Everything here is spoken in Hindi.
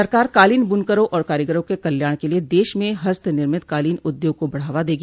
सरकार कालीन बनकरों और कारीगरों के कल्याण के लिए देश में हस्तनिर्मित कालीन उद्योग को बढ़ावा देगी